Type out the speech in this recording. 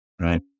right